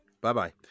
Bye-bye